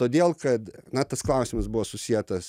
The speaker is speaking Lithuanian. todėl kad na tas klausimas buvo susietas